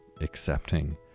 accepting